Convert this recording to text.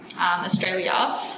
Australia